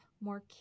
more